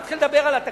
נתחיל לדבר על התקציב,